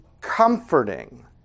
comforting